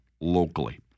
locally